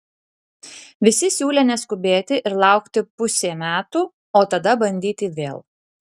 visi siūlė neskubėti ir laukti pusė metų o tada bandyti vėl